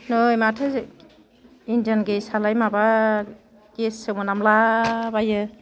नै माथो इन्दियान गेसआलाय माबा गेससो मोनामला बायो